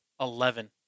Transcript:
Eleven